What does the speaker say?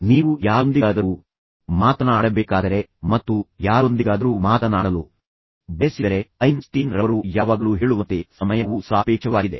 ನೀವು ಯಾರೊಂದಿಗಾದರೂ ಮಾತನಾಡಬೇಕಾದರೆ ಮತ್ತು ಯಾರೊಂದಿಗಾದರೂ ಮಾತನಾಡಲು ಬಯಸಿದರೆ ಐನ್ ಸ್ಟೀನ್ ರವರು ಯಾವಾಗಲೂ ಹೇಳುವಂತೆ ಸಮಯವು ಸಾಪೇಕ್ಷವಾಗಿದೆ